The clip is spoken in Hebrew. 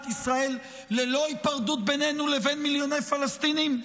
ישראל ללא היפרדות בינינו לבין מיליוני פלסטינים?